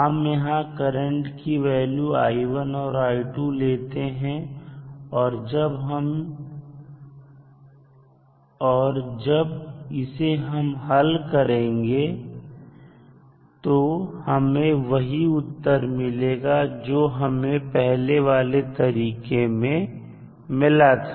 हम यहां करंट की वैल्यू और लेते हैं और जब इसे हम हल करेंगे तो हमें वही उत्तर मिलेगा जो हमें पहले वाले तरीके में मिला था